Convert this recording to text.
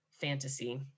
fantasy